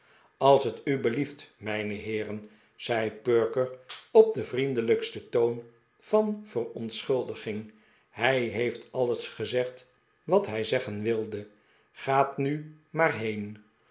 als t u belieft mijne heeren zei perker op den vriendelijksten toon van verontschuldiging hij heeft alles gezegd wathij zeggen wilde gaat nu maar heen